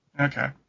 Okay